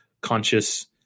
conscious